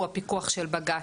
הוא הפיקוח של בג"צ,